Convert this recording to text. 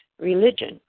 religion